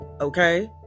Okay